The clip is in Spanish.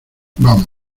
vamos